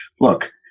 look